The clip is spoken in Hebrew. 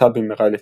פנתה במהרה לטרור.